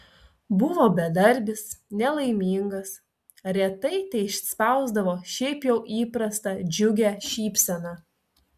buvo bedarbis nelaimingas retai teišspausdavo šiaip jau įprastą džiugią šypseną